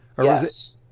Yes